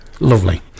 Lovely